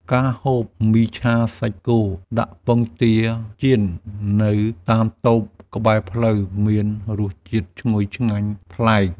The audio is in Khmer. ការហូបមីឆាសាច់គោដាក់ពងទាចៀននៅតាមតូបក្បែរផ្លូវ មានរសជាតិឈ្ងុយឆ្ងាញ់ប្លែក។